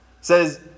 says